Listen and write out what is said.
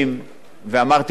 ואמרתי את מה שיש לי להגיד,